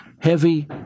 heavy